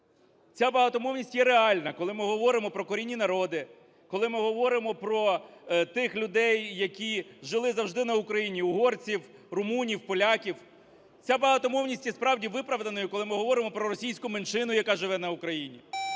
Ця багатомовність є реальна, коли ми говоримо про корінні народи, коли ми говоримо про тих людей, які жили завжди на Україні: угорців, румунів, поляків. Ця багатомовність і справді є виправданою, коли ми говоримо про російську меншину, яка живе на Україні.